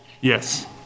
Yes